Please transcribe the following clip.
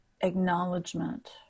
acknowledgement